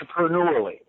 entrepreneurially